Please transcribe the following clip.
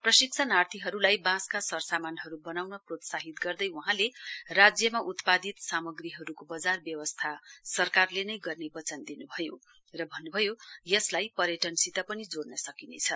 प्रशिक्षणार्थीहरूलाई बाँसका सर सामानहरू बनाउन प्रोत्साहित गर्दै वहाँले राज्यमा उत्पादित सामग्रीहरूको बजार व्यवस्था सरकारले नै गर्ने वचन दिन्भयो र भन्न्भयो यसलाई पर्यटनसित पनि जोइन सकिनेछ